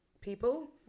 people